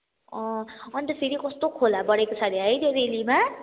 अँ अनि त फेरि कस्तो खोला बढेको छ अरे है त्यो रेलीमा